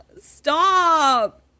stop